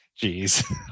Jeez